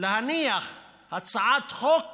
להניח הצעת חוק